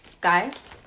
Guys